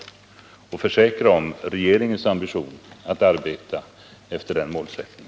Jag kan försäkra att det är regeringens ambition att arbeta efter den målsättningen.